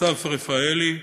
אסף רפאלי,